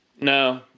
No